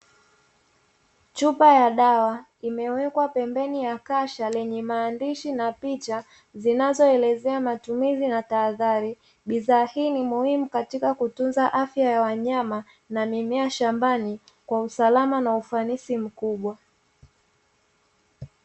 Chupa ya dawa imewekwa pembeni ya kasha lenye maandishi na picha zinazoelezea matumizi na tahadhari. Bidhaa hii ni muhimu katika kutunza afya ya wanyama, na mimea shambani kwa usalama na ufanisi mkubwa.